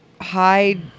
hide